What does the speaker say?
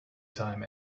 time